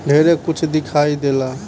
ढेरे कुछ दिखाई देला